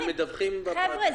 חבר'ה,